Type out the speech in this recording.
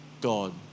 God